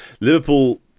Liverpool